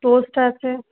toast আছে